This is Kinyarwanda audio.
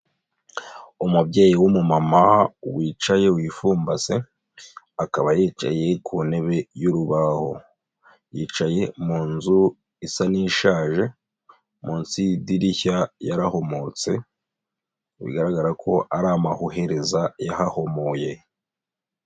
Umubyeyi w'umumama, wicaye wifumbase, akaba yicaye ku ntebe y'urubaho. Yicaye mu nzu isa n'ishaje, munsi y'idirishya yarahomotse, bigaragara ko ari amahuhereza yahahomoye.